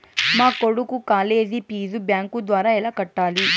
మా కొడుకు college fees bank ద్వారా ఎలా కట్టాలి?